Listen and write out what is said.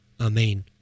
Amen